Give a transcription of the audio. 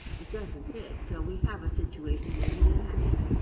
it doesn't fit. so we have a situation maybe that hasn't